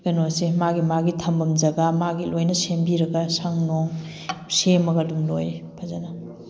ꯀꯩꯅꯣꯁꯦ ꯃꯥꯒꯤ ꯃꯥꯒꯤ ꯊꯝꯐꯝ ꯖꯒꯥ ꯃꯥꯒꯤ ꯂꯣꯏꯅ ꯁꯦꯝꯕꯤꯔꯒ ꯁꯪ ꯅꯨꯡ ꯁꯦꯝꯃꯒ ꯑꯗꯨꯝ ꯂꯣꯏ ꯐꯖꯅ